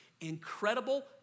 incredible